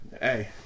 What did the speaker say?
hey